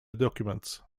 documents